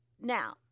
Now